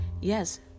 Yes